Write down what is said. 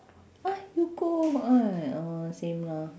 !huh! you go ah uh same lah